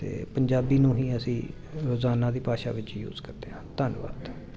ਅਤੇ ਪੰਜਾਬੀ ਨੂੰ ਹੀ ਅਸੀਂ ਰੋਜ਼ਾਨਾ ਦੀ ਭਾਸ਼ਾ ਵਿੱਚ ਯੂਸ ਕਰਦੇ ਹਾਂ ਧੰਨਵਾਦ